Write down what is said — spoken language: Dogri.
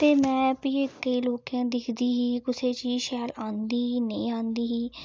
ते में फ्ही केईं लोकें दिखदी ही कुसै चीज शैल आंदी ही नेईं आंदी ही